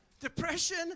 Depression